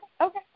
Okay